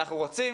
אנחנו רוצים